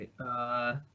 right